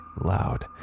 loud